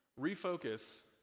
Refocus